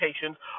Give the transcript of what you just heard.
patients